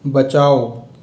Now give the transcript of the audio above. बचाओ